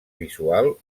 visual